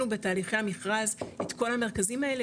בתהליכי המכרז את כל המרכזים האלה,